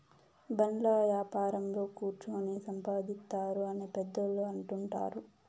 బాండ్ల యాపారంలో కుచ్చోని సంపాదిత్తారు అని పెద్దోళ్ళు అంటుంటారు